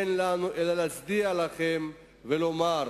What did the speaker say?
אין לנו אלא להצדיע לכם ולומר: